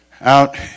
out